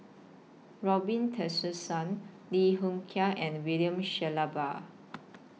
Robin Tessensohn Lim Hng Kiang and William Shellabear